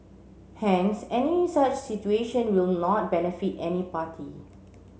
hence any such situation will not benefit any party